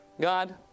God